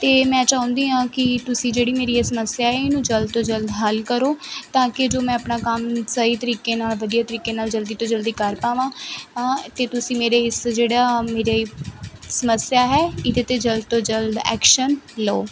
ਅਤੇ ਮੈਂ ਚਾਹੁੰਦੀ ਹਾਂ ਕਿ ਤੁਸੀਂ ਜਿਹੜੀ ਮੇਰੀ ਇਹ ਸਮੱਸਿਆ ਹੈ ਇਹਨੂੰ ਜਲਦ ਤੋਂ ਜਲਦ ਹੱਲ ਕਰੋ ਤਾਂ ਕਿ ਜੋ ਮੈਂ ਆਪਣਾ ਕੰਮ ਸਹੀ ਤਰੀਕੇ ਨਾਲ ਵਧੀਆ ਤਰੀਕੇ ਨਾਲ ਜਲਦੀ ਤੋਂ ਜਲਦੀ ਕਰ ਪਾਵਾਂ ਅਤੇ ਤੁਸੀਂ ਮੇਰੇ ਇਸ ਜਿਹੜਾ ਮੇਰੇ ਸਮੱਸਿਆ ਹੈ ਇਹਦੇ 'ਤੇ ਜਲਦ ਤੋਂ ਜਲਦ ਐਕਸ਼ਨ ਲਓ